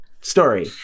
story